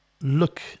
look